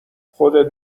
خودت